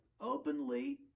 openly